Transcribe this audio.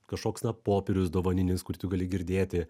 kažkoks na popierius dovaninis kur tu gali girdėti